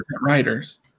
writers